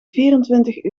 vierentwintig